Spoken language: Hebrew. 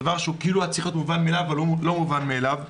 שהיה צריך להיות מובן מאליו אבל הוא לא מובן מאליו,